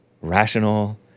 rational